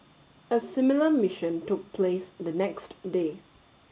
a similar mission took place the next day